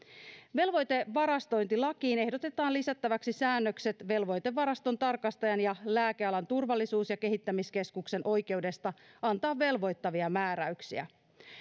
velvoitevarastointilakiin ehdotetaan lisättäväksi säännökset velvoitevaraston tarkastajan ja lääkealan turvallisuus ja kehittämiskeskuksen oikeudesta antaa velvoittavia määräyksiä